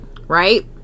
right